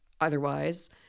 otherwise